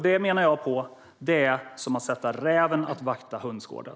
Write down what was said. Det menar jag är som att sätta räven att vakta hönsgården.